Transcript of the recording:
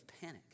panic